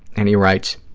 and he writes,